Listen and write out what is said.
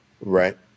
right